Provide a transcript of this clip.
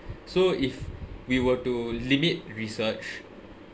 so if we were to limit research